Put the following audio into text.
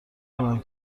کنم